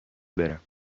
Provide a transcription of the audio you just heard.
برم